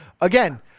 again